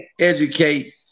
educate